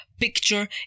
picture